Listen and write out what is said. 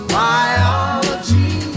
biology